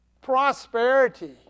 Prosperity